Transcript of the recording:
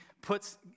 puts